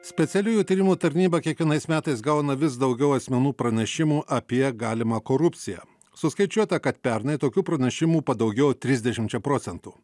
specialiųjų tyrimų tarnyba kiekvienais metais gauna vis daugiau asmenų pranešimų apie galimą korupciją suskaičiuota kad pernai tokių pranešimų padaugėjo trisdešimčia procentų